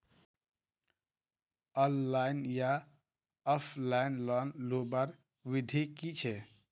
Online या offline loan लुबार विधि की छे?